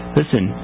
listen